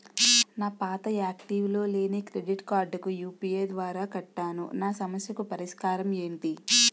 నా పాత యాక్టివ్ లో లేని క్రెడిట్ కార్డుకు యు.పి.ఐ ద్వారా కట్టాను నా సమస్యకు పరిష్కారం ఎంటి?